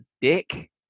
dick